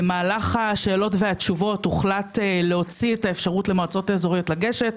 במהלך השאלות והתשובות הוחלט להוציא את האפשרות למועצות אזוריות לגשת,